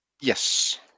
Yes